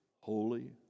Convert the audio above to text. holy